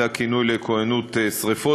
זה הכינוי לכוננות שרפות,